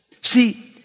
See